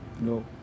No